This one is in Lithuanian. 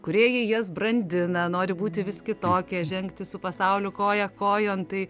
kūrėjai jas brandina nori būti vis kitokie žengti su pasauliu koja kojon tai